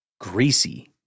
Greasy